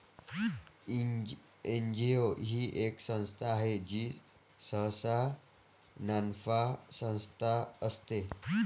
NGO ही एक संस्था आहे जी सहसा नानफा संस्था असते